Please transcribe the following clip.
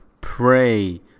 pray